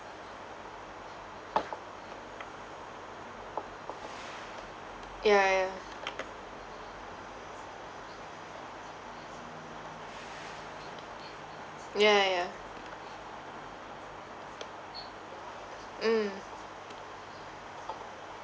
ya ya ya ya ya ya mm